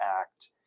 Act